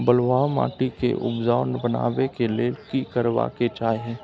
बालुहा माटी के उपजाउ बनाबै के लेल की करबा के चाही?